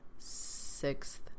sixth